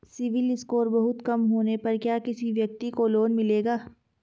CIBIL score बहुत कम होने पर क्या किसी व्यक्ति को लोंन मिलेगा?